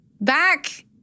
Back